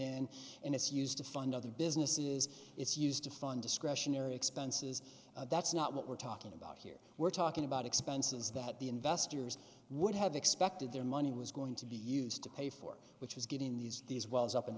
in and it's used to fund other businesses it's used to fund discretionary expenses that's not what we're talking about here we're talking about expenses that the investors would have expected their money was going to be used to pay for it which was getting these these wells up and